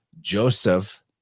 Joseph